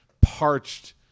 parched